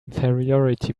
inferiority